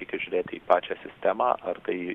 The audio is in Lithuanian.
reikia žiūrėti į pačią sistemą ar tai